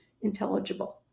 intelligible